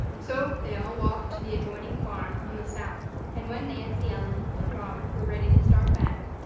so they all walked to the adjoining farm on the south and when nancy ellen and robert were ready to start back,